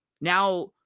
now